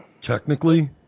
technically